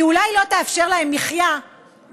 היא אולי לא תאפשר להם מחיה ברוחב,